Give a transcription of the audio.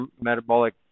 metabolic